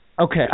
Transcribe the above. Okay